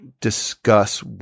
discuss